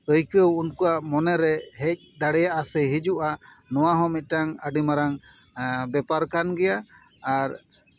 ᱟᱹᱭᱠᱟᱹᱣ ᱩᱱᱠᱩᱣᱟᱜ ᱢᱚᱱᱮᱨᱮ ᱦᱮᱡ ᱫᱟᱲᱮᱭᱟᱜᱼᱟ ᱥᱮ ᱦᱤᱡᱩᱜᱼᱟ ᱱᱚᱣᱟ ᱦᱚᱸ ᱢᱤᱫᱴᱟᱱ ᱟᱹᱰᱤ ᱢᱟᱨᱟᱝ ᱵᱮᱯᱟᱨ ᱠᱟᱱ ᱜᱮᱭᱟ ᱟᱨ